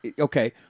okay